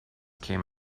came